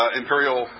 imperial